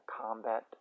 combat